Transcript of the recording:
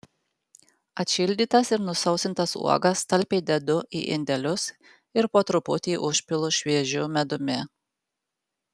atšildytas ir nusausintas uogas talpiai dedu į indelius ir po truputį užpilu šviežiu medumi